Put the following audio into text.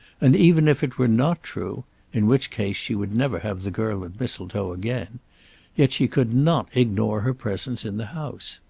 and even if it were not true in which case she would never have the girl at mistletoe again yet she could not ignore her presence in the house.